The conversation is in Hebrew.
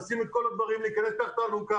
לשים את כל הדברים, להיכנס תחת האלונקה.